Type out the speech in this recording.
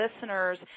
listeners